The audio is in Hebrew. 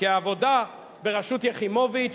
כי העבודה בראשות יחימוביץ